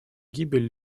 гибель